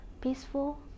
peaceful